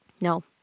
No